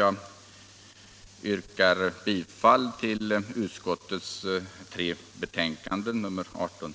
Jag yrkar bifall till utskottets hemställan i de tre betänkandena nr 18,